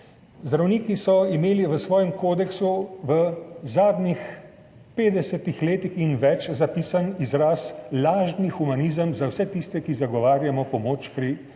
Zdravniki so imeli v svojem kodeksu v zadnjih 50 letih in več zapisan izraz lažni humanizem za vse tiste, ki zagovarjamo pomoč družbe